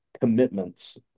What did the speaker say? commitments